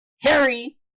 Harry